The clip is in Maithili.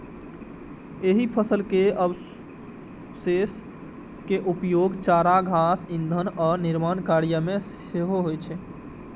एहि फसल के अवशेष के उपयोग चारा, घास, ईंधन आ निर्माण कार्य मे सेहो होइ छै